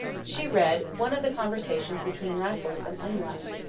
she read one of the conversations between rasselas and imlac,